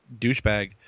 douchebag